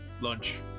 lunch